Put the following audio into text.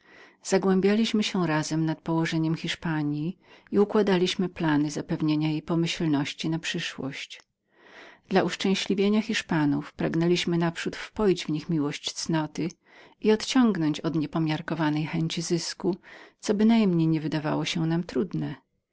zagłębialiśmy się razem nad ustawami hiszpanji i układaliśmy plany do zapewnienia jej pomyślności na przyszłość dla uszczęśliwienia hiszpanów pragnęliśmy naprzód wpoić w nich miłość cnoty i odciągnąć ich od niepomiarkowanej chęci zysku co bynajmniej nie wydawało się nam trudnem